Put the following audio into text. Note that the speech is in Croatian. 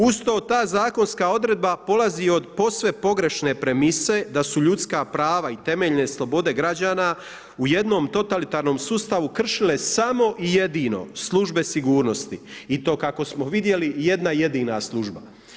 Uz to ta zakonska odredba polazi od posve pogrešne premise da su ljudska prava i temeljne slobode građana u jednom totalitarnom sustavu kršile samo i jedino službe sigurnosti i to kako smo vidjeli jedna jedina služba.